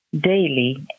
daily